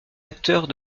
acteurs